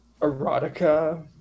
erotica